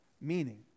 meaning